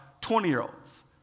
20-year-olds